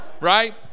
Right